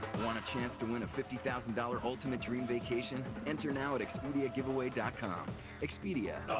want a chance to win a fifty thousand dollars ultimate dream vacation? enter now at expediagiveaway com expedia.